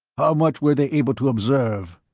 much were they able to observe?